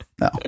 No